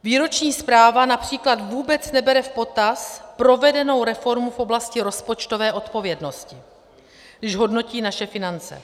Výroční zpráva například vůbec nebere v potaz provedenou reformu v oblasti rozpočtové odpovědnosti, když hodnotí naše finance.